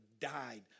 died